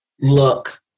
look